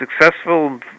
successful